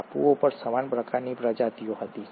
ટાપુઓ પર સમાન પ્રકારની પ્રજાતિઓ હતી